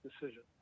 decision